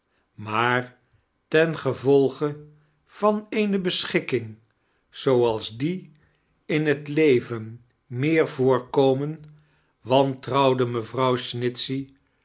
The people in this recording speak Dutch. maar temgevolge van eene beschikking zooals die in het leven meeir voorkomen wantrouwde mevrouw snitehey